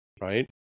right